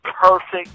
perfect